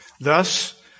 Thus